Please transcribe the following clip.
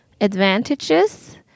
advantages